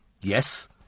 Yes